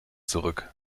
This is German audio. zurück